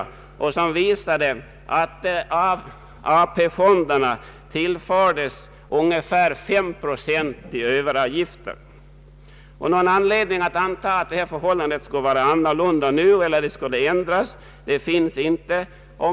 Undersökningen visade att AP-fonderna tillfördes ungefär 5 procent i överavgifter. Någon anledning att anta att det nu skulle råda ändrade förhållanden föreligger inte.